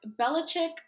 Belichick